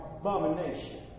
abomination